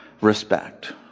respect